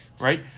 Right